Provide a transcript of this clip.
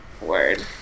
word